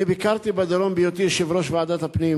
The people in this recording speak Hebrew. אני ביקרתי בדרום בהיותי יושב-ראש ועדת הפנים